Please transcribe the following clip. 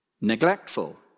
neglectful